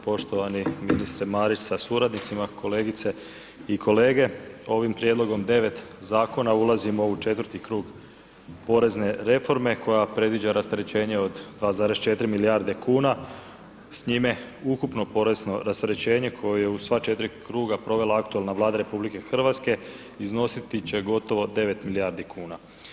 Poštovani ministre Marić sa suradnicima, kolegice i kolege, ovim prijedlogom 9 zakona ulazimo u četvrti krug porezne reforme koja predviđa rasterećenje od 2,4 milijarde kuna, s njime ukupno porezno rasterećenje koje je u sva 4 kruga provela aktualna Vlada RH iznositi će gotovo 9 milijardi kuna.